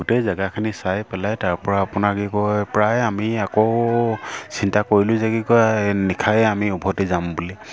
গোটেই জেগাখিনি চাই পেলাই তাৰপৰা আপোনাৰ কি কয় প্ৰায় আমি আকৌ চিন্তা কৰিলোঁ যে কি কয় নিশায়ে আমি উভতি যাম বুলি